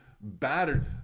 battered